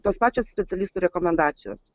tos pačios specialistų rekomendacijos